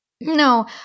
No